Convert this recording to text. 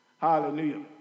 Hallelujah